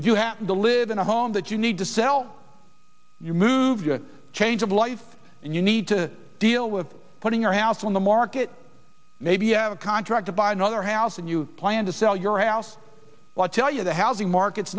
if you happen to live in a home that you need to sell you move your change of life and you need to deal with putting your house on the market maybe you have a contract to buy another house and you plan to sell your house a lot tell you the housing market